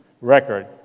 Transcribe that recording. record